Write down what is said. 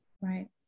right